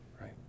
Right